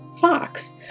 Fox